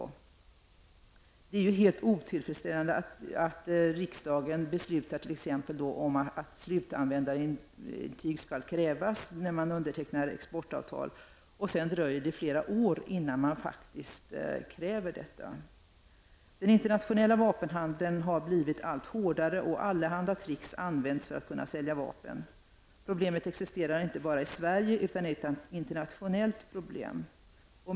Det är ju t.ex. helt otillfredsställande att riksdagen beslutar om att slutanvändarintyg skall krävas vid undertecknande av exportavtal och det sedan dröjer flera år innan detta sker. Den internationella vapenhandeln har blivit allt hårdare och allehanda trick används för att kunna sälja vapnen. Problemet existerar inte bara i Sverige, utan det är ett internationellt problem.